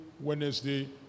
Wednesday